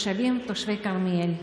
תושבי כרמיאל.